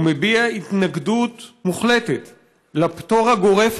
הוא מביע התנגדות מוחלטת לפטור הגורף